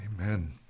Amen